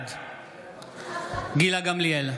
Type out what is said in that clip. בעד גילה גמליאל,